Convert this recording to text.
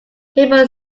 hebron